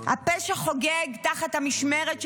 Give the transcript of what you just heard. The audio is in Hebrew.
הפה שחוגג תחת המשמרת שלך,